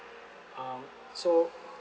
um so